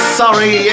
sorry